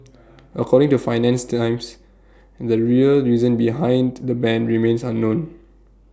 according to finance the times the real reason behind the ban remains unknown